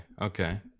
okay